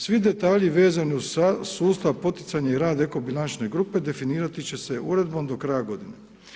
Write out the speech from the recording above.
Svi detalji vezani uz sustav poticanja i rad eko bilančne grupe definirati će se uredbom do kraja godine.